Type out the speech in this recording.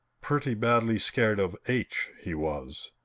pretty badly scared of h he was!